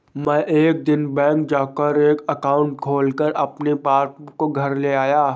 मै एक दिन बैंक जा कर एक एकाउंट खोलकर अपनी पासबुक को घर ले आया